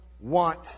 want